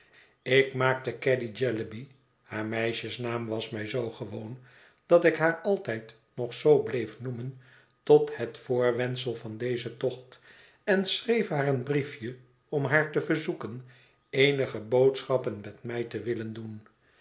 ik maakte gaddy jellyby haar meisjesnaam was mij zoo gewoon dat ik haar altijd nog zoo bleef noemen tot het voorwendsel van dezen tocht en schreef haar een briefje om haar te verzoeken eenige boodschappen met mij te willen doen